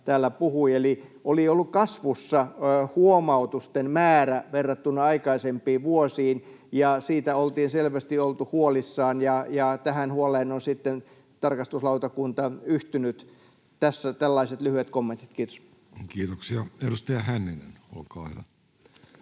täällä puhui. Eli oli ollut kasvussa huomautusten määrä verrattuna aikaisempiin vuosiin. Siitä oltiin selvästi oltu huolissaan, ja tähän huoleen on sitten tarkastuslautakunta yhtynyt. — Tässä tällaiset lyhyet kommentit. Kiitos. [Speech 116] Speaker: